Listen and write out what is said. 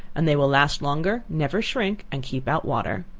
and they will last longer, never shrink, and keep out water.